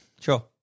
Sure